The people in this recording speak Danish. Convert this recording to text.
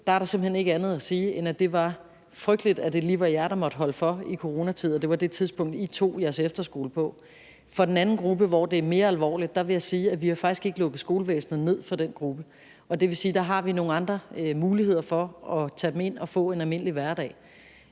er der simpelt hen ikke andet at sige, end: Det var frygteligt, at det lige var jer, der måtte holde for, at det var på dette tidspunkt, i coronatiden, at I tog jeres efterskoleophold. Hvad angår den anden gruppe, hvor det er mere alvorligt, vil jeg sige, at vi faktisk ikke har lukket skolevæsenet ned for den gruppe, og det vil sige, at der har vi nogle muligheder for at tage dem ind og give dem en almindelig hverdag,